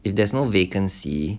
if there's no vacancy